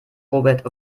robert